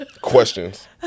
questions